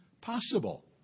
possible